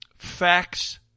facts